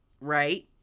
right